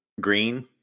green